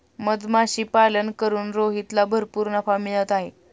मधमाशीपालन करून रोहितला भरपूर नफा मिळत आहे